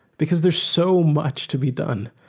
because there's so much to be done.